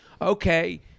okay